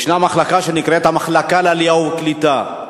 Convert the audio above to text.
ישנה מחלקה שנקראת המחלקה לעלייה וקליטה,